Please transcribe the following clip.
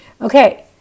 Okay